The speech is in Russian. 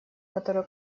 которые